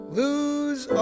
lose